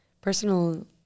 personal